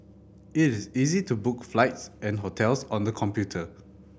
it is easy to book flights and hotels on the computer